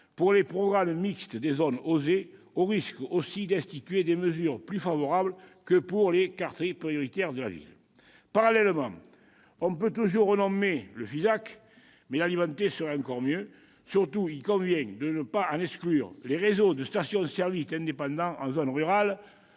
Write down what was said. pour les programmes mixtes des zones « OSER », au risque, aussi, d'instituer des mesures plus favorables que pour les quartiers prioritaires de la politique de la ville. Parallèlement, on peut toujours renommer le FISAC ... L'alimenter serait encore mieux ! Surtout, il convient de ne pas en exclure les réseaux de stations-service indépendants en zone rurale,